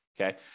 Okay